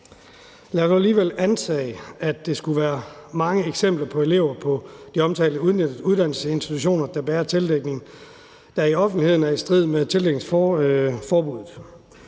Lad os alligevel antage, at der skulle være mange eksempler på elever på de omtalte uddannelsesinstitutioner, der bærer tildækning, som i offentligheden er i strid med tildækningsforbuddet.